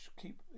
keep